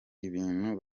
ibintu